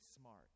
smart